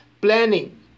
Planning